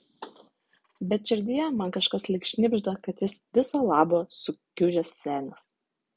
bet širdyje man kažkas lyg šnibžda kad jis viso labo sukiužęs senis